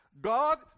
God